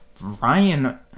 Ryan